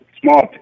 small